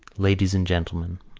ladies and gentlemen,